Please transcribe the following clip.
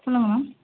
சொல்லுங்கள் மேம்